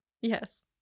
yes